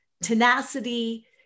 tenacity